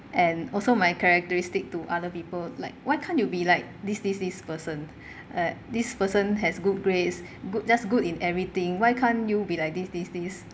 and also my characteristic to other people like why can't you be like this this this person uh this person has good grades good just good in everything why can't you be like this this this